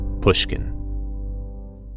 Pushkin